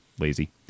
Lazy